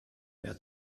wer